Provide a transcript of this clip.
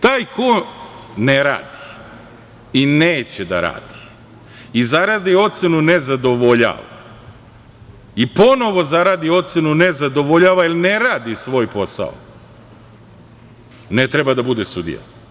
Taj ko ne radi i neće da radi i zaradi ocenu „nezadovoljava“ i ponovo zaradi ocenu „nezadovoljava“ jer ne radi svoj posao ne treba da bude sudija.